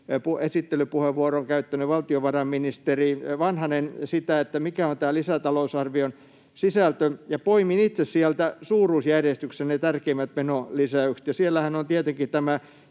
esittelypuheenvuoron käyttänyt valtiovarainministeri Vanhanen sitä, mikä on tämän lisätalousarvion sisältö. Poimin itse sieltä suuruusjärjestyksessä ne tärkeimmät menolisäykset. Siellähän on tietenkin tämä